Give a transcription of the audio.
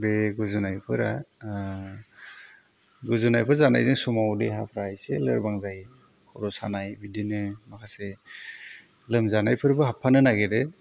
बे गुजुनायफोरा गुजुनायफोर जानायजों समाव देहाफ्रा एसे लोरबां जायो खर' सानाय बिदिनो माखासे लोमजानायफोरबो हाबफानो नागिरो